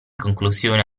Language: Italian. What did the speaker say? conclusione